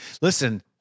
Listen